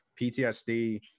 PTSD